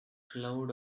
clouds